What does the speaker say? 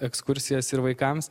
ekskursijas ir vaikams